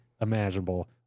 imaginable